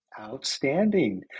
Outstanding